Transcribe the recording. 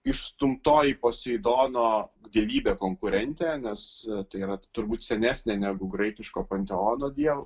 išstumtoji poseidono dievybę konkurentė nes tai yra turbūt senesnė negu graikiško panteono dievo